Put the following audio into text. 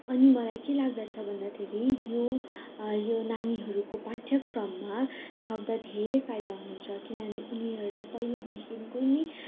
अनि मलाई के लाग्दछ भन्दाखेरि यो यो नानीहरूको पाठ्यक्रममा थप्दा धेरै फाइदा हुन्छ किनभने उनीहरूलाई पहिल्यैदेखिको नै